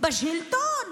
בשלטון